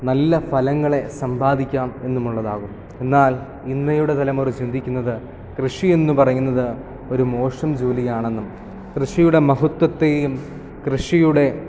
നല്ല ഫലങ്ങളെ സമ്പാദിക്കാം എന്നുമുള്ളതാകുന്നു എന്നാൽ ഇന്നയുടെ തലമുറ ചിന്തിക്കുന്നത് കൃഷി എന്നു പറയുന്നത് ഒരു മോശം ജോലിയാണെന്നും കൃഷിയുടെ മഹത്വത്തെയും കൃഷിയുടെ